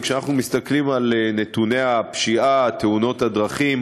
כשאנחנו מסתכלים על נתוני הפשיעה, תאונות הדרכים